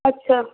আচ্ছা